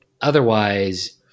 otherwise